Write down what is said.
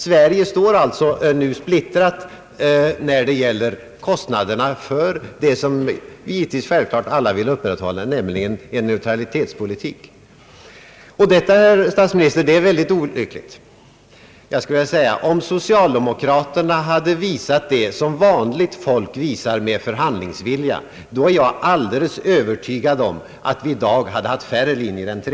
Sverige står splittrat när det gäller kostnaderna för det som givetvis alla vill upprätthålla, nämligen en neutralitetspolitik. Men, herr statsminister, om socialdemokraterna hade visat det som vanligt folk menar med förhandlingsvilja, då är jag helt övertygad om att vi i dag skulle ha haft färre linjer än tre.